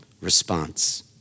response